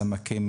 סמקה מ